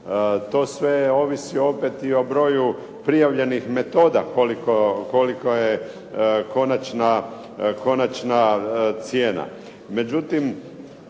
To sve ovisi opet i o broju prijavljenih metoda koliko je konačna cijena.